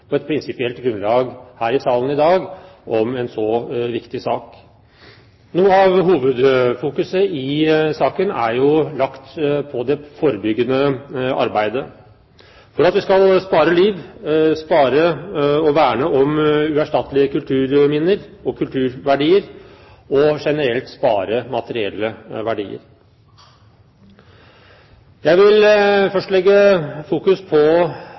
på et prinsipielt grunnlag her i salen i dag om en så viktig sak. Noe av fokuset i saken er lagt på det forebyggende arbeidet for at vi skal spare liv, spare og verne om uerstattelige kulturminner og kulturverdier, og generelt spare materielle verdier. Jeg vil først fokusere på